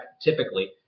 typically